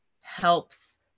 helps